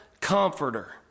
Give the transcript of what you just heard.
comforter